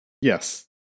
Yes